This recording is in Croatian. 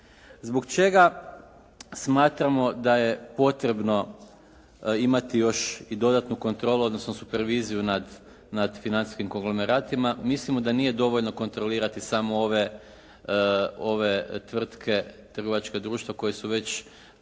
Zbog čega smatramo da je potrebno imati još i dodatnu kontrolu, odnosno superviziju nad financijskim konglomeratima? Mislimo da nije dovoljno kontrolirati samo ove tvrtke, trgovačka društva koja su već